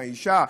אם האישה.